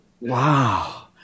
Wow